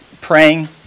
praying